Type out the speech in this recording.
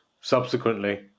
subsequently